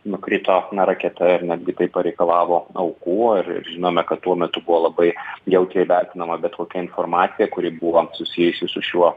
nukrito raketa ir netgi tai pareikalavo aukų ir ir žinome kad tuo metu buvo labai jautriai vertinama bet kokia informacija kuri buvo susijusi su šiuo